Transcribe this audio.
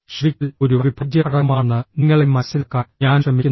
ശ്രവിക്കൽ ഒരു അവിഭാജ്യഘടകമാണെന്ന് നിങ്ങളെ മനസ്സിലാക്കാൻ ഞാൻ ശ്രമിക്കുന്നു